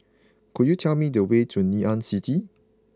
could you tell me the way to Ngee Ann City